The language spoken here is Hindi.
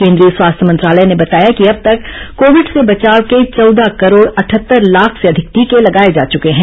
केन्द्रीय स्वास्थ्य मंत्रालय ने बताया कि अब तक कोविड से बचाव के चौदह करोड अठहत्तर लाख से अधिक टीके लगाए जा चुके हैं